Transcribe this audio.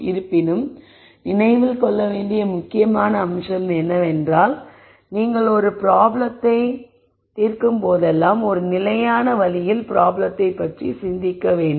இருப்பினும் நினைவில் கொள்ள வேண்டிய முக்கியமான விஷயம் என்னவென்றால் நீங்கள் ஒரு ப்ராப்ளத்தை தீர்க்கும்போதெல்லாம் ஒரு நிலையான வழியில் ப்ராப்ளத்தை பற்றி சிந்தியுங்கள்